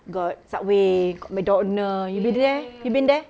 got Subway got McDonald you been there you been there